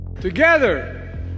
Together